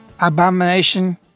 abomination